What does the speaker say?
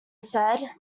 said